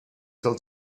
till